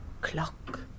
Clock